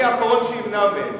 אני האחרון שימנע מהן.